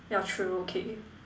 yeah true okay